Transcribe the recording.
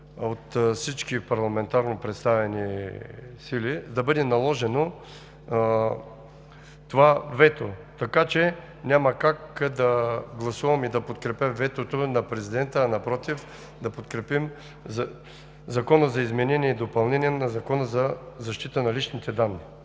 от всички парламентарно представени сили да бъде наложено това вето. Така че, няма как да гласувам и да подкрепя ветото на президента, а напротив, да подкрепим Закона за изменение и допълнение на Закона за защита на личните данни.